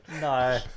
No